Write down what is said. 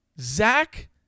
Zach